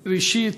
ראשית,